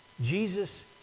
Jesus